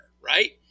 right